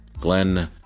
glenn